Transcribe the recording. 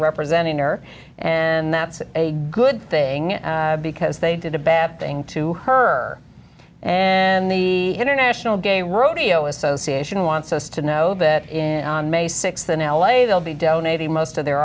representing her and that's a good thing because they did a bad thing to her and the international gay rodeo association wants us to know that in may sixth in l a they'll be donating most of their